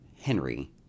Henry